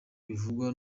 bivugwa